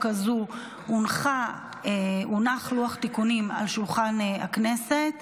הזו הונח לוח תיקונים על שולחן הכנסת